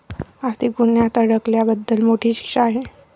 आर्थिक गुन्ह्यात अडकल्याबद्दल मोठी शिक्षा आहे